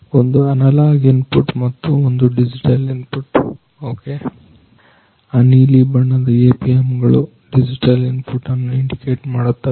ಒಂದು analogue input ಮತ್ತು ಒಂದು ಡಿಜಿಟಲ್ ಇನ್ಪುಟ್ ಆ ನೀಲಿಬಣ್ಣದ APM ಗಳು ಡಿಜಿಟಲ್ ಇನ್ಪುಟ್ ಅನ್ನು ಇಂಡಿಕೇಟ್ ಮಾಡುತ್ತವೆ